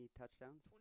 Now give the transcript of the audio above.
touchdowns